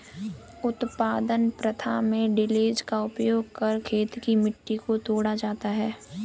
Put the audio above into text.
उत्पादन प्रथा में टिलेज़ का उपयोग कर खेत की मिट्टी को तोड़ा जाता है